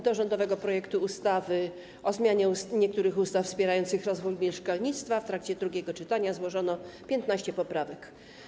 Do rządowego projektu ustawy o zmianie niektórych ustaw wspierających rozwój mieszkalnictwa w trakcie drugiego czytania złożono 15 poprawek.